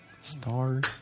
stars